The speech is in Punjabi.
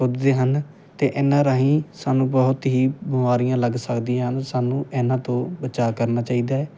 ਕੁੱਦਦੇ ਹਨ ਅਤੇ ਇਹਨਾਂ ਰਾਹੀਂ ਸਾਨੂੰ ਬਹੁਤ ਹੀ ਬਿਮਾਰੀਆਂ ਲੱਗ ਸਕਦੀਆਂ ਹਨ ਸਾਨੂੰ ਇਹਨਾਂ ਤੋਂ ਬਚਾਅ ਕਰਨਾ ਚਾਹੀਦਾ ਹੈ